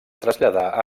traslladar